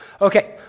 Okay